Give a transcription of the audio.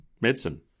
medicine